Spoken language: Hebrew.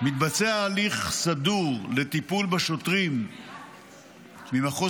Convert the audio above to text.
מתבצע הליך סדור לטיפול בשוטרים ממחוז